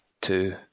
two